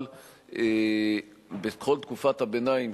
אבל בכל תקופת הביניים,